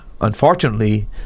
Unfortunately